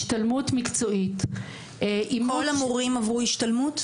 השתלמות מקצועית --- כל המורים עברו השתלמות?